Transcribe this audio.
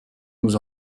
nous